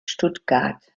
stuttgart